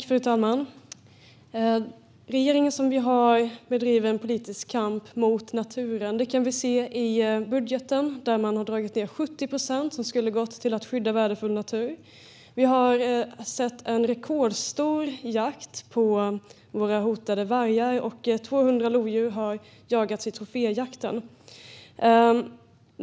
Fru talman! Regeringen vi har bedriver en politisk kamp mot naturen. Det kan vi se i budgeten där man har dragit ned med 70 procent på det som skulle gå till att skydda värdefull natur. Vi har också sett en rekordstor jakt på våra hotade vargar, och 200 lodjur har jagats i troféjakten.